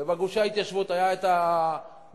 ובגושי ההתיישבות בוודאי לא היתה בנייה,